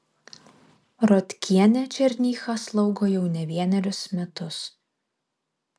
rotkienė černychą slaugo jau ne vienerius metus